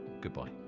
goodbye